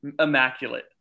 Immaculate